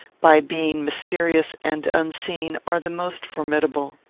by being mysterious and unseen, are the most formidable.